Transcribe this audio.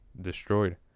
destroyed